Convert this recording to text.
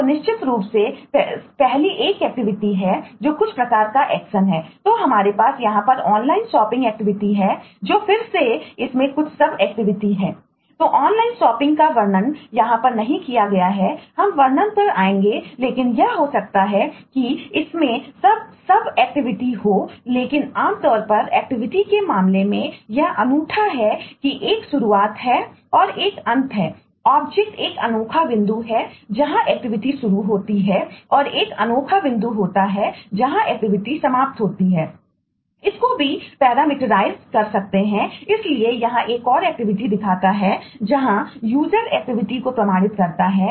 तो निश्चित रूप से पहली एक एक्टिविटी समाप्त होती है